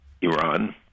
Iran